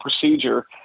procedure